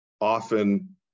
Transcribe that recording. often